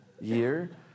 year